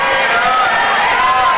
מי נגד?